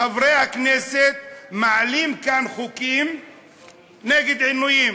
חברי הכנסת מעלים כאן חוקים נגד עינויים.